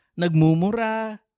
nagmumura